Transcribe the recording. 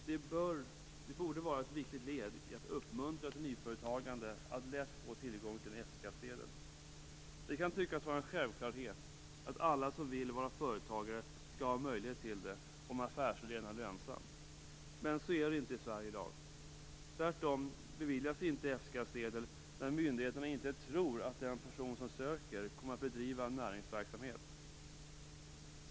Det borde vara ett viktigt led i strävan efter att uppmuntra till nyföretagande att man lätt får tillgång till en F-skattsedel. Det kan tyckas vara en självklarhet att alla som vill vara företagare skall ha möjlighet till det, om affärsidén är lönsam. Men så är det inte i Sverige i dag. Tvärtom beviljas inte F-skattsedel när myndigheterna inte tror att den person som söker kommer att bedriva näringsverksamhet.